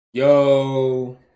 Yo